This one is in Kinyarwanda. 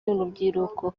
urubyiruko